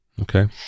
Okay